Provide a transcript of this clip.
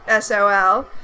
SOL